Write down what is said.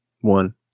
one